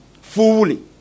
fully